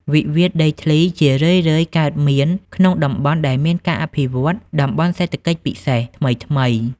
វិវាទដីធ្លីជារឿយៗកើតមាន ក្នុងតំបន់ដែលមានការអភិវឌ្ឍ "តំបន់សេដ្ឋកិច្ចពិសេស" ថ្មីៗ។